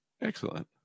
excellent